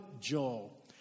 Joel